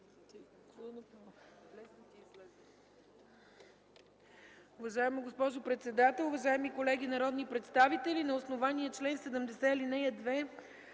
Уважаема госпожо председател, уважаеми колеги народни представители! На основание чл. 70, ал. 2